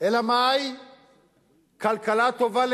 היא כלכלה טובה ומצוינת.